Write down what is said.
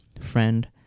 friend